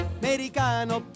americano